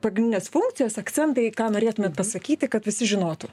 pagrindinės funkcijos akcentai ką norėtumėt pasakyti kad visi žinotų